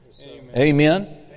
Amen